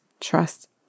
trust